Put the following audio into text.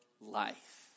life